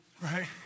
Right